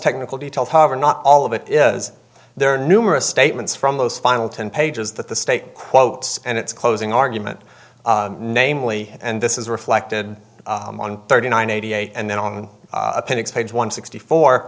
technical details however not all of it is there are numerous statements from those final ten pages that the state quote and its closing argument namely and this is reflected on thirty nine eighty eight and then on appendix page one sixty four